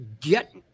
get